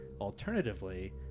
Alternatively